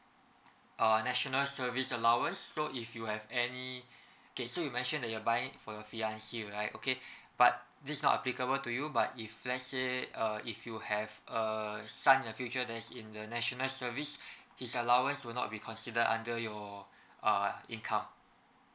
err national service allowance so if you have any kay~ so you mention that you are buying for your fiancée right okay but this not applicable to you but if let's say err if you have err you son in the future then is in the national service his allowance will not be consider under your err income